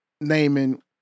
naming